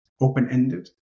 open-ended